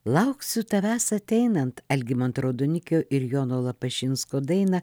lauksiu tavęs ateinant algimanto raudonikio ir jono lapašinsko dainą